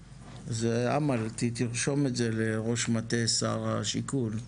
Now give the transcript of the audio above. אמל, תרשום את זה לראש מטה שר השיכון,